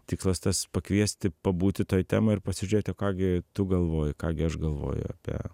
tikslas tas pakviesti pabūti toj temoj ir pasižiūrėti o ką gi tu galvoji ką gi aš galvoju apie